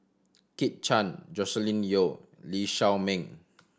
Kit Chan Joscelin Yeo Lee Shao Meng